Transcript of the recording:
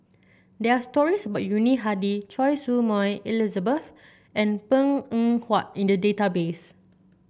there are stories about Yuni Hadi Choy Su Moi Elizabeth and Png Eng Huat in the database